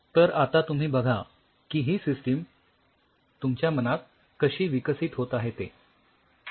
तर आता तुम्ही बघा की ही सिस्टीम तुमच्या मनात कशी विकसित होत आहे ते